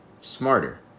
smarter